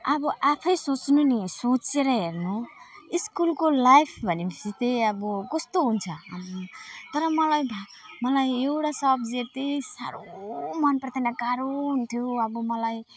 अब आफै सोच्नु नि सोचेर हेर्नु स्कुलको लाइफ भनेपछि चाहिँ अब कस्तो हुन्छ तर मलाई मलाई एउटा सब्जेक्ट चाहिँ साह्रो मनपर्दैन गाह्रो हुन्थ्यो अब मलाई